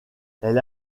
elle